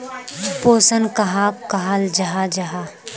पोषण कहाक कहाल जाहा जाहा?